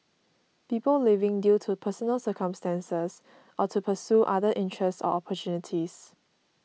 people leaving due to personal circumstances or to pursue other interests or opportunities